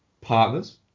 partners